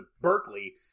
Berkeley